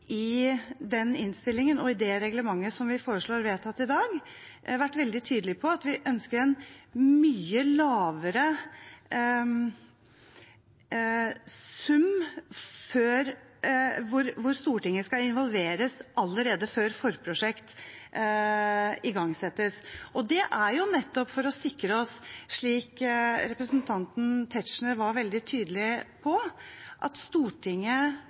i den innstillingen og i det reglementet vi foreslår vedtatt i dag, vært veldig tydelige på at vi ønsker en mye lavere sum før Stortinget involveres, at Stortinget skal involveres allerede før forprosjekt igangsettes. Det er nettopp for å sikre oss, slik representanten Tetzschner var veldig tydelig på, at Stortinget